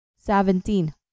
seventeen